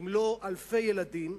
אם לא אלפי ילדים,